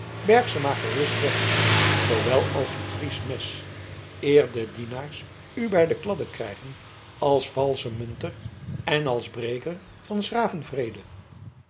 berg ze maar gerust weg zoowel als uw friesch mes eer de dienaars u bij de kladden krijgen als valschen munter en als breker van s graven vrede